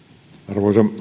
arvoisa